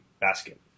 basket